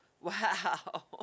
Wow